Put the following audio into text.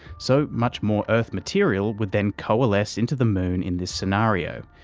so, much more earth material would then coalesce into the moon in this scenario,